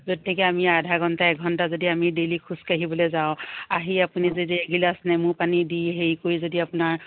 য'ত নেকি আমি আধা ঘণ্টা এঘণ্টা যদি আমি ডেইলি খোজকাঢ়িবলৈ যাওঁ আহি আপুনি যদি এগিলাচ নেমু পানী দি হেৰি কৰি যদি আপোনাৰ